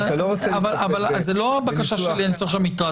אתה לא רוצה להסתפק בניסוח --- אבל זו לא הבקשה שלי הניסוח של המטרד.